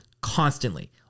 Constantly